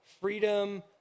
freedom